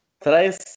today's